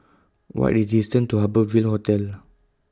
What The distance to Harbour Ville Hotel